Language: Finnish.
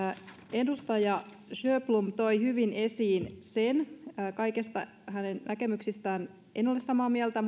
edustaja sjöblom toi hyvin esiin sen kaikista hänen näkemyksistään en ole samaa mieltä